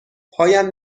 پایم